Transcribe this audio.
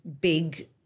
big